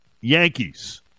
Yankees